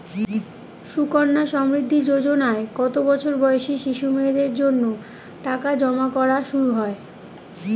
সুকন্যা সমৃদ্ধি যোজনায় কত বছর বয়সী শিশু মেয়েদের জন্য টাকা জমা করা শুরু হয়?